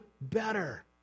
better